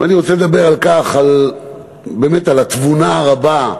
ואני רוצה לדבר על כך, באמת, על התבונה הרבה,